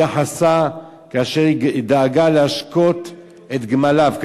יחסה כאשר היא דאגה להשקות את גמליו.